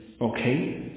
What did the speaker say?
okay